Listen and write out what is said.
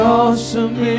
awesome